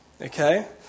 okay